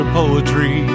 poetry